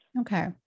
Okay